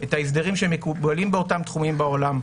את ההסדרים שמקובלים באותם תחומים בעולם.